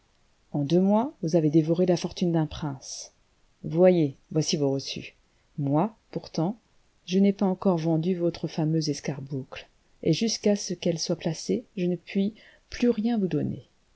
en deux mois vous avez dévoré la fortune d'un prince voyez voici vos reçus moi pourtant je n'ai pas encore vendu votre fameuse escarboucle et jusqu'à ce qu'elle soit placée je ne puis plus rien vous donner